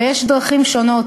ויש דרכים שונות,